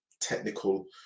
technical